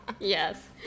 Yes